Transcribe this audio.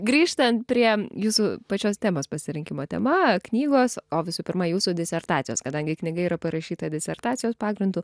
grįžtant prie jūsų pačios temos pasirinkimo tema knygos o visų pirma jūsų disertacijos kadangi knyga yra parašyta disertacijos pagrindu